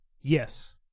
Yes